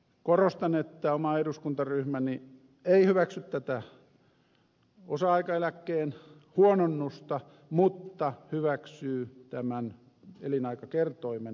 korostan että oma eduskuntaryhmäni ei hyväksy tätä osa aikaeläkkeen huononnusta mutta hyväksyy tämän elinaikakertoimen korjauksen